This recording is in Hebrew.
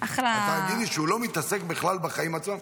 אז תגידי שהוא לא מתעסק בכלל בחיים עצמם,